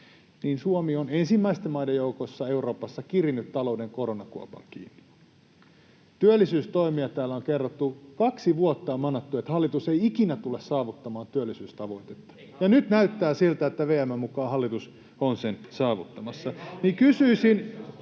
Suomi on ensimmäisten maiden joukossa Euroopassa kirinyt talouden koronakuopan kiinni. Työllisyystoimia täällä on kerrattu. Kaksi vuotta on manattu, että hallitus ei ikinä tule saavuttamaan työllisyystavoitetta, [Timo Heinosen välihuuto] ja nyt kun näyttää siltä, että VM:n mukaan hallitus on sen saavuttamassa, niin